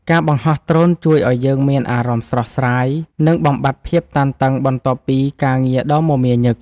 ការបង្ហោះដ្រូនជួយឱ្យយើងមានអារម្មណ៍ស្រស់ស្រាយ និងបំបាត់ភាពតានតឹងបន្ទាប់ពីការងារដ៏មមាញឹក។